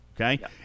Okay